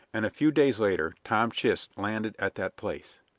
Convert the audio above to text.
and a few days later tom chist landed at that place.